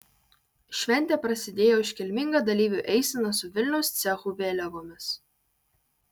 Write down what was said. šventė prasidėjo iškilminga dalyvių eisena su vilniaus cechų vėliavomis